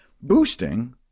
boosting